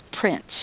Prince